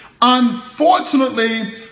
Unfortunately